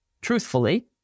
truthfully